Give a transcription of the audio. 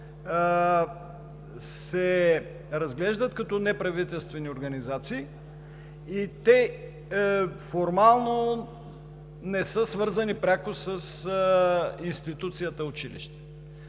се разглеждат като неправителствени организации и формално не са свързани пряко с институцията „училище“.